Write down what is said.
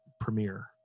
premiere